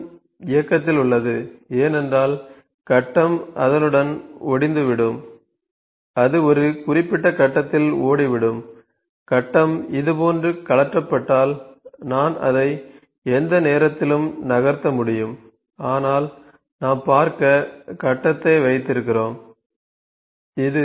கட்டம் இயக்கத்தில் உள்ளது ஏனென்றால் கட்டம் அதனுடன் ஒடிந்து விடும் அது ஒரு குறிப்பிட்ட கட்டத்தில் ஒடிவிடும் கட்டம் இப்போது கழற்றப்பட்டால் நான் அதை எந்த நேரத்திலும் நகர்த்த முடியும் ஆனால் நாம் பார்க்க கட்டத்தை வைத்திருக்கிறோம் இது